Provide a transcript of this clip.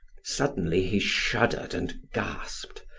suddenly he shuddered and gasped